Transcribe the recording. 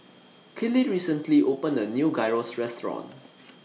Kelley recently opened A New Gyros Restaurant